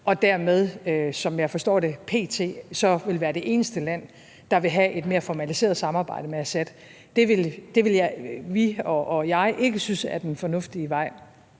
og dermed, som jeg forstår det, så p.t. være det eneste land, der vil have et mere formaliseret samarbejde med Assad. Det vil vi og jeg ikke synes er den fornuftige vej.